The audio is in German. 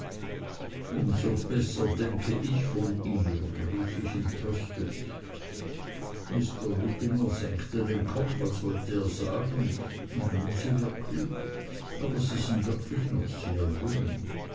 so besser denke ich von ihr rief ich entrüstet mr littimer senkte den kopf als wollte er sagen meinen sie wirklich aber sie sind wirklich noch sehr jung